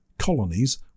colonies